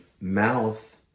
mouth